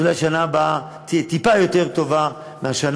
אז אולי השנה הבאה תהיה טיפה יותר טובה מהשנה